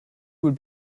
would